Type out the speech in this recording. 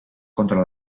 contra